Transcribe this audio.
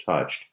touched